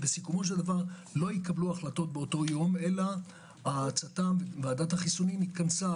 בסופו של דבר לא התקבלו החלטות באותו יום אלא ועדת החיסונים התכנסה